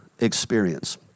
experience